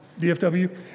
DFW